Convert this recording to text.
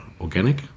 organic